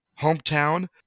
hometown